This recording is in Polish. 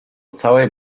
całej